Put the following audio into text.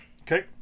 Okay